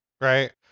Right